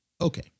Okay